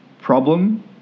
problem